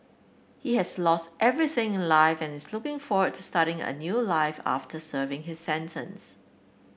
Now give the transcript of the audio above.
he has lost everything in life and is looking forward to starting a new life after serving his sentence